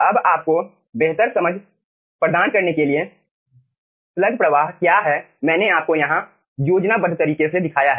अब आपको बेहतर समझ प्रदान करने के लिए कि स्लग प्रवाह क्या है मैंने आपको यहाँ योजनाबद्ध तरीके से दिखाया है